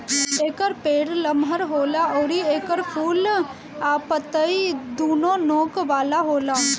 एकर पेड़ लमहर होला अउरी एकर फूल आ पतइ दूनो नोक वाला होला